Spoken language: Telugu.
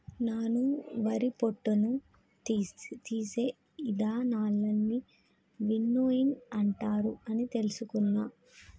నాను వరి పొట్టును తీసే ఇదానాలన్నీ విన్నోయింగ్ అంటారు అని తెలుసుకున్న